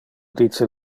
dice